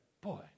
boy